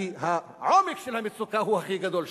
כי אצלם המצוקה הכי העמוקה.